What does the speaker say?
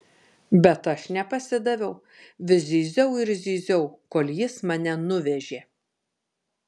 bet aš nepasidaviau vis zyziau ir zyziau kol jis mane nuvežė